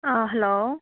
ꯑꯥ hello